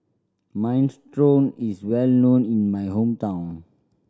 minestrone is well known in my hometown